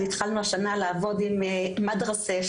לעבוד עם "מדרסה",